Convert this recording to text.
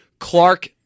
Clark